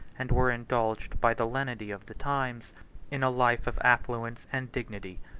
and were indulged by the lenity of the times in a life of affluence and dignity.